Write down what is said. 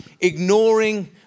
ignoring